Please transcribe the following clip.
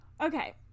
Okay